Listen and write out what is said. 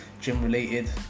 gym-related